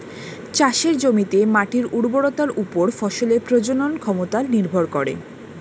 চাষের জমিতে মাটির উর্বরতার উপর ফসলের প্রজনন ক্ষমতা নির্ভর করে